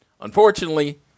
unfortunately